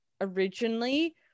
originally